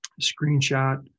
Screenshot